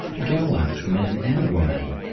gallants, men and women,